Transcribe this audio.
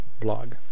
blog